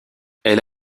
elle